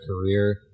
career